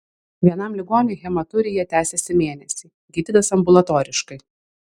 vienam ligoniui hematurija tęsėsi mėnesį gydytas ambulatoriškai